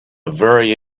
very